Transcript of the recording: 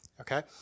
okay